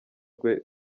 rwe